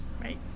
Right